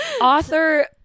Author